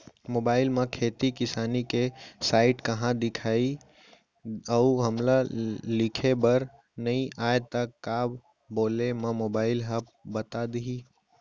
Mobile म खेती किसानी के साइट कहाँ दिखही अऊ हमला लिखेबर नई आय त का बोले म मोबाइल ह बता दिही?